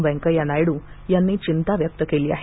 व्यंकैय्या नायडू यांनी चिंता व्यक्त केली आहे